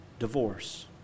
Divorce